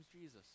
Jesus